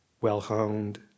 well-honed